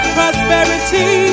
prosperity